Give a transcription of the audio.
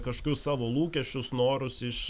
kažkokius savo lūkesčius norus iš